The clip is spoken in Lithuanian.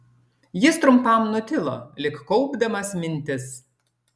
jis trumpam nutilo lyg kaupdamas mintis